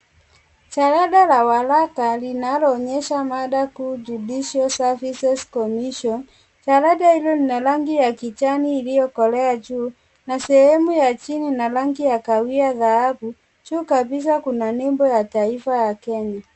Jarada la walaka linaloonyesha mada kuu;(cs)judicial services commission (CS)jarada hilo lina rangi ya kijani iliyokolea juu na sehemu ya chini na rangi ya kaawia dhahabu, juu kabisa kuna nembo ya taifa ya Kenya.